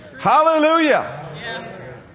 Hallelujah